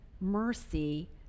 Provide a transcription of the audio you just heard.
mercy